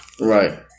Right